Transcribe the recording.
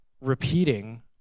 repeating